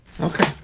Okay